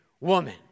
woman